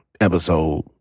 episode